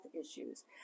issues